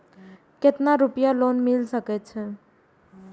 केतना रूपया लोन मिल सके छै?